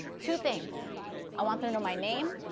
two things i want them to know my name,